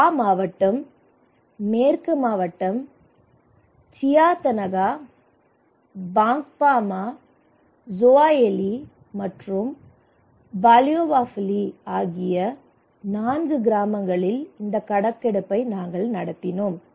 வா மாவட்டம் மேற்கு மாவட்டம் சியத்தானாகா பாங்க்பாமா சோவயெலி மற்றும் பாலியோவாஃபிலி ஆகிய நான்கு கிராமங்களில் இந்த கணக்கெடுப்பை நடத்தினோம்